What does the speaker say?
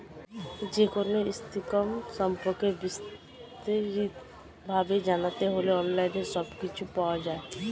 যেকোনো স্কিম সম্পর্কে বিস্তারিত ভাবে জানতে হলে অনলাইনে সবকিছু পাওয়া যায়